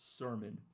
sermon